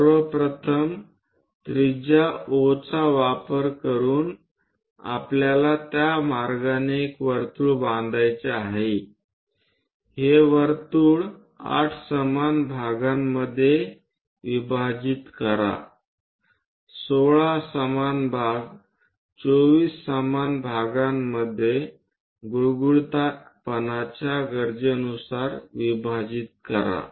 सर्वप्रथम त्रिज्या O चा वापर करून आपल्याला त्या मार्गाने एक वर्तुळ बांधायचे आहे हे वर्तुळ 8 समान भागांमध्ये विभाजित करा 16 समान भाग 24 समान भागांमध्ये गुळगुळीतपणा च्या गरजेनुसार विभाजित करा